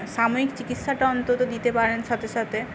সাময়িক চিকিৎসাটা অন্তত দিতে পারেন সাথে সাথে